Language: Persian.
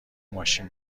ماشین